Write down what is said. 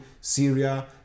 Syria